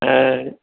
ऐं